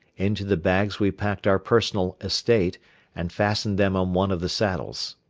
into the bags we packed our personal estate and fastened them on one of the saddles.